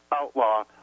outlaw